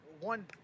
one